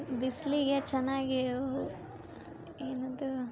ಬಿಸಿಲಿಗೆ ಚೆನ್ನಾಗಿ ಏನಂತೇವ